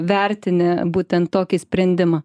vertini būtent tokį sprendimą